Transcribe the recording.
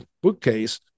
bookcase